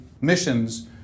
missions